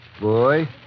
boy